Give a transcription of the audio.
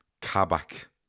Kabak